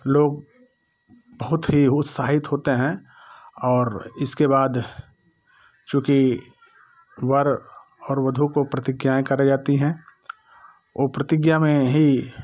लोग बहुत ही उत्साहित होते हैं और इसके बाद चूँकि वर और वधु को प्रतिज्ञाएँ कराई जाती हैं ओ प्रतिज्ञा में ही